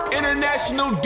International